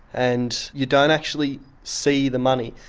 and you don't actually see the money.